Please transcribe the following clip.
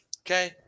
Okay